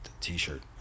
T-shirt